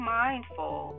mindful